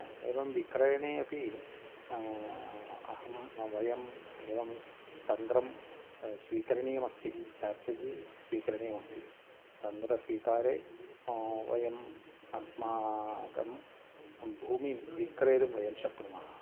एवं विक्रयणे अपि अहं वयम् एवं तन्त्रं स्वीकरणीयमस्ति स्ट्राटजि स्वीकरणीयमस्ति तन्त्रस्वीकारे वयम् अस्माकं भूमिं विक्रेतुं वयं शक्नुमः